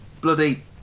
Bloody